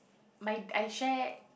my I share